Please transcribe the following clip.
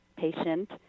patient